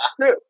true